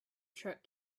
truck